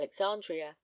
alexandria